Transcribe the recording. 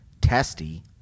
testy